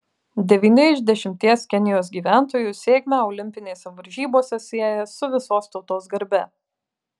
devyni iš dešimties kenijos gyventojų sėkmę olimpinėse varžybose sieja su visos tautos garbe